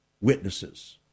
witnesses